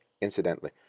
Incidentally